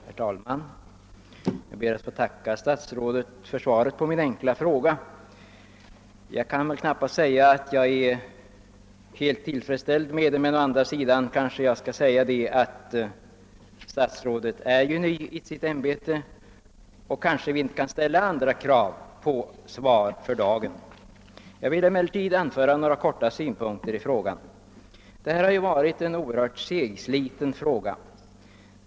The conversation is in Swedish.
Herr talman! Jag ber att få tacka statsrådet för svaret på min enkla fråga. Jag kan knappast säga att jag är helt nöjd med det, men statsrådet är ju ny i sitt ämbete och vi kanske för dagen inte kan ställa så stora krav på besked. Jag vill dock i korthet anföra några synpunkter. Frågan om kommunikationerna mellan Gotland och fastlandet har varit oerhört segsliten.